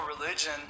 religion